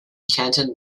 canton